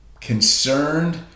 concerned